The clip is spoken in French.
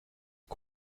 est